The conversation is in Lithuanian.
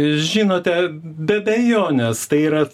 žinote be abejonės tai yra